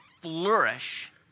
flourish